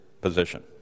position